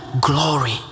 glory